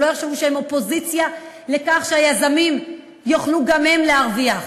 שלא יחשבו שהם אופוזיציה לכך שהיזמים יוכלו גם הם להרוויח.